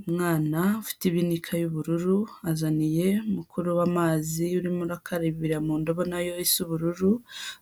Umwana ufite ibinika y'ubururu, azaniye mukuru we amazi urimo arakarabira mu ndobo nayo isa ubururu,